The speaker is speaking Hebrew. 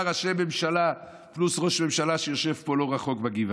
ראשי ממשלה פלוס ראש ממשלה שיושב פה לא רחוק בגבעה?